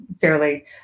fairly